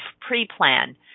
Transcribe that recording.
pre-plan